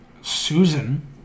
Susan